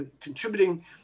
contributing